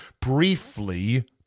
briefly